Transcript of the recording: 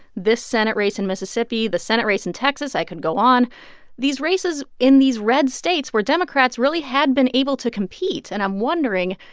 this senate race in mississippi, the senate race in texas, i could go on these races races in these red states where democrats really had been able to compete. and i'm wondering,